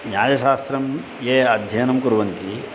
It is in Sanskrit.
न्यायशास्त्रस्य ये अध्ययनं कुर्वन्ति